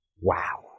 wow